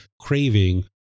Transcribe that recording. craving